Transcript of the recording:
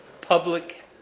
public